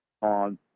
on